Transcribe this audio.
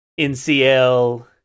NCL